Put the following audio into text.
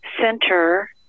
center